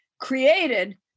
created